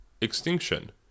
extinction